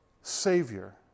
Savior